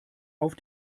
auf